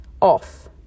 off